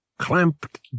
Clamped